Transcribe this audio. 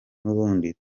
nubundi